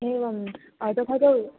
एवं तथा ते